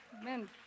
Amen